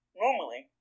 normally